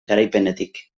garaipenetik